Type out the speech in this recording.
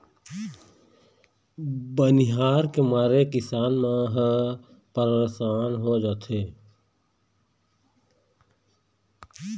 बनिहार के मारे किसान मन ह परसान हो जाथें